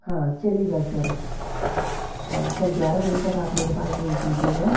हाँ चलेगा सर हाँ सर ग्यारह बजे तक आप मेरे पास भेज दीजिएगा